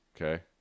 Okay